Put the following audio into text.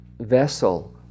vessel